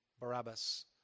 Barabbas